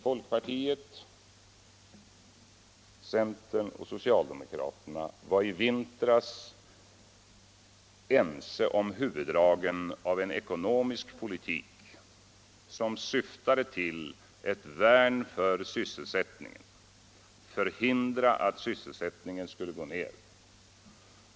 Folkpartiet, centern och socialdemokraterna var i vintras ense om huvuddragen av en ekonomisk politik som syftade till att vara ett värn för sysselsättningen och förhindra att den skulle gå ner.